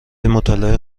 مطالعه